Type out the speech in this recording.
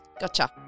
gotcha